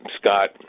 Scott